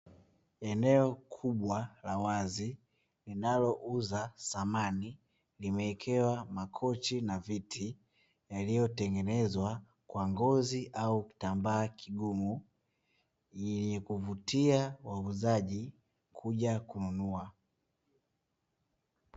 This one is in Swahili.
Eneo kubwa la wazi linalouza samani, limewekewa makochi na viti yaliyotengenezwa kwa ngozi au kitambaa kigumu, yenye kuvutia wauzaji kuja kununua.